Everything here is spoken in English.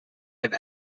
have